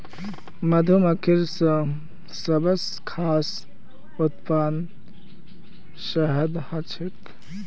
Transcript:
मधुमक्खिर सबस खास उत्पाद शहद ह छेक